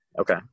Okay